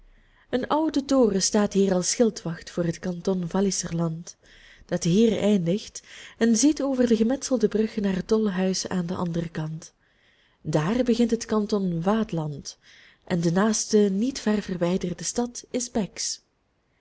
een oude toren staat hier als schildwacht voor het kanton walliserland dat hier eindigt en ziet over de gemetselde brug naar het tolhuis aan den anderen kant daar begint het kanton waadland en de naaste niet ver verwijderde stad is bex